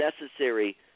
necessary